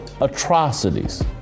atrocities